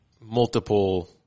multiple